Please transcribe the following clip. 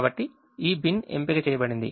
కాబట్టి ఈ బిన్ ఎంపిక చేయబడింది